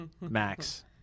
Max